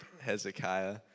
Hezekiah